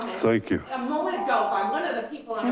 thank you. a moment ago by one of the people